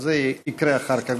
אבל זה יקרה אחר כך.